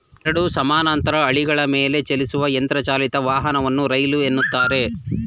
ಎರಡು ಸಮಾನಾಂತರ ಹಳಿಗಳ ಮೇಲೆಚಲಿಸುವ ಯಂತ್ರ ಚಾಲಿತ ವಾಹನವನ್ನ ರೈಲು ಎನ್ನುತ್ತಾರೆ